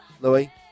Louis